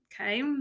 Okay